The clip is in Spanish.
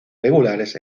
regulares